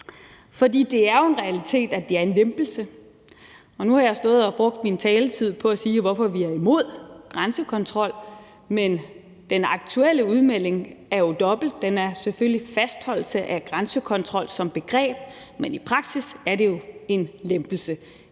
Det er jo en realitet, at det er en lempelse, og nu har jeg stået og brugt min taletid på at sige, hvorfor vi er imod grænsekontrol, men den aktuelle udmelding er jo dobbelt – den er selvfølgelig en fastholdelse af grænsekontrol som begreb, men i praksis er det jo en lempelse.